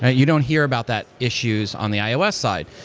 ah you don't hear about that issues on the ios side.